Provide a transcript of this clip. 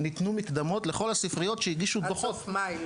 נתנו מקדמות לכל הספריות שהגיעו דו"חות --- עד סוף מאי,